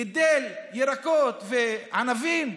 גידל ירקות וענבים,